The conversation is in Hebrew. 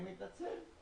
אני מתנצל.